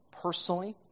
personally